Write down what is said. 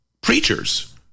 preachers